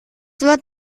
wird